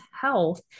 health